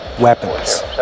weapons